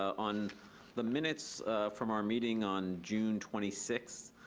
on the minutes from our meeting on june twenty six,